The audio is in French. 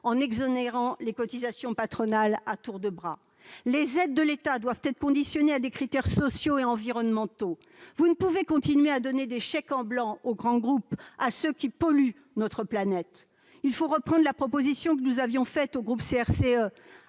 en exonérant de cotisations patronales à tour de bras ! Les aides de l'État doivent être conditionnées à des critères sociaux et environnementaux. Vous ne pouvez continuer à donner des chèques en blanc aux grands groupes, à ceux qui polluent notre planète ! Il faut reprendre la proposition que notre groupe avait